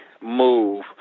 move